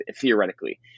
theoretically